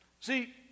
See